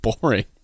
boring